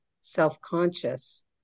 self-conscious